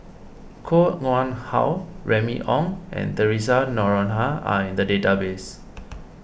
Koh Nguang How Remy Ong and theresa Noronha are in the database